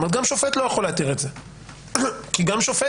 גם שופט לא יכול להתיר את זה כי גם לשופט